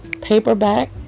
Paperback